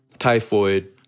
typhoid